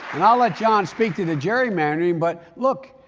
and i'll let john speak to the gerrymandering, but, look,